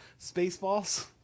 Spaceballs